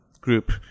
group